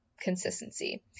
consistency